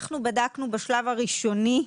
אנחנו בדקנו בשלב הראשוני,